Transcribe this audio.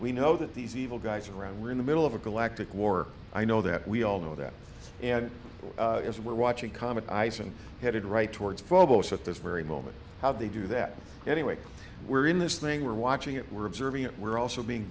we know that these evil guys around we're in the middle of a collective war i know that we all know that and as we're watching comet ice and headed right towards phobos at this very moment how they do that anyway we're in this thing we're watching it we're observing it we're also being